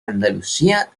andalucía